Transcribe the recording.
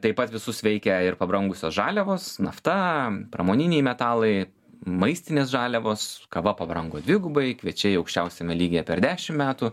taip pat visus veikia ir pabrangusios žaliavos nafta pramoniniai metalai maistinės žaliavos kava pabrango dvigubai kviečiai aukščiausiame lygyje per dešim metų